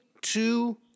two